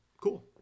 cool